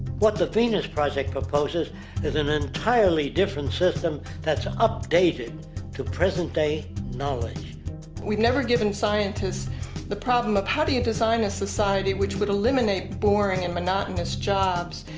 what the venus project proposes is an entirely different system that's updated to present day knowledge we've never given scientists the problem of how do you design a society that would eliminate boring and monotonous jobs,